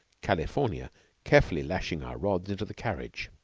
california carefully lashing our rods into the carriage,